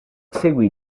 seguì